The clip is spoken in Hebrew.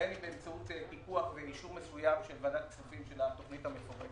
בין אם באמצעות פיקוח ואישור מסוים של ועדת הכספים לתוכנית המצורפת,